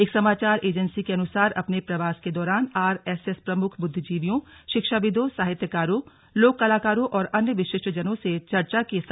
एक समाचार एजेंसी के अनुसार अपने प्रवास के दौरान आर एस एस प्रमुख बुद्धिजीवियों शिक्षाविदों साहित्यकारों लोक कलाकारों और अन्य विशिष्ट जनों से चर्चा करेंगे